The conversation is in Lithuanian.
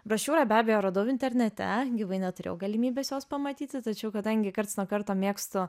brošiūrą be abejo radau internete gyvai neturėjau galimybės jos pamatyti tačiau kadangi karts nuo karto mėgstu